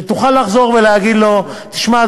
כדי שתוכל לחזור ולהגיד לו: תשמע,